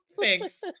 Thanks